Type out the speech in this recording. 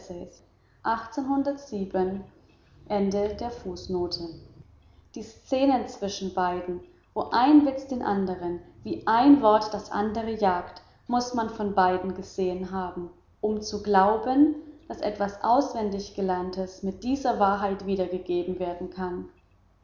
die szenen zwischen beiden wo ein witz den anderen wie ein wort das andere jagt muß man von beiden gesehen haben um zu glauben daß etwas auswendig gelerntes mit dieser wahrheit wiedergegeben werden kann